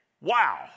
Wow